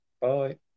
Bye